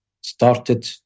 started